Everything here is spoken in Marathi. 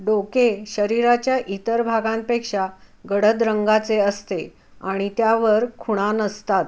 डोके शरीराच्या इतर भागांपेक्षा गडद रंगाचे असते आणि त्यावर खुणा नसतात